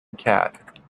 cat